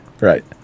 Right